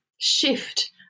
shift